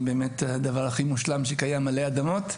באמת הדבר הכי מושלם שקיים עלי אדמות,